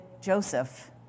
Joseph